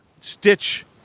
Stitch